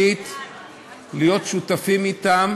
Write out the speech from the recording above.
אמיתית להיות שותפים להם,